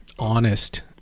Honest